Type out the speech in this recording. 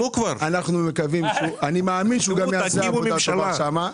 אני מאמין שהוא יעשה שם עבודה טובה.